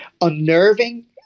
unnerving